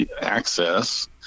access